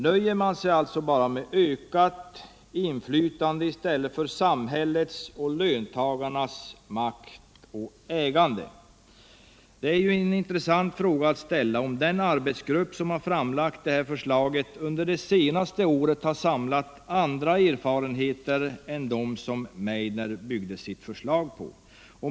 Nöjer man sig nu alltså med ökat inflytande i stället för samhällets och löntagarnas makt och ägande? Det är en intressant fråga att ställa, om den arbetsgrupp som framlagt det här förslaget under det senaste året har samlat andra erfarenheter än de som Meidner byggde sitt förslag på.